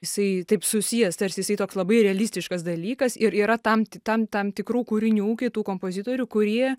jisai taip susijęs tarsi jisai toks labai realistiškas dalykas ir yra tam tam tam tikrų kūrinių kitų kompozitorių kurie